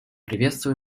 приветствую